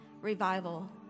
revival